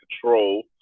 control